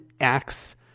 acts